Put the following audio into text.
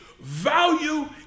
value